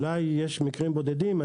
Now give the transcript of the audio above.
אולי יש מקרים בודדים,